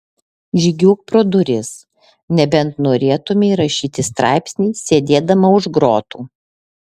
žygiuok pro duris nebent norėtumei rašyti straipsnį sėdėdama už grotų